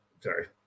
sorry